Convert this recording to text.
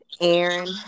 Aaron